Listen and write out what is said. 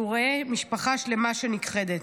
כשהוא רואה משפחה שלמה שנכחדת.